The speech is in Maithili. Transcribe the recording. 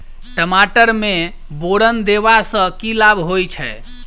टमाटर मे बोरन देबा सँ की लाभ होइ छैय?